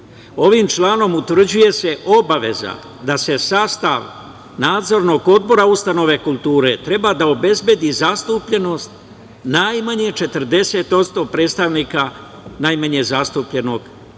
Ovim članom utvrđuje se obaveza da sastav Nadzornog odbora ustanove kulture treba da obezbedi zastupljenost najmanje 40% predstavnika najmanje zastupljenog